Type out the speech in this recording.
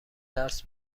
درس